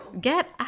Get